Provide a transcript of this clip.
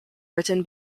written